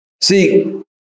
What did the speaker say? See